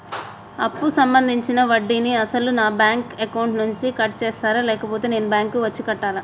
అప్పు సంబంధించిన వడ్డీని అసలు నా బ్యాంక్ అకౌంట్ నుంచి కట్ చేస్తారా లేకపోతే నేను బ్యాంకు వచ్చి కట్టాలా?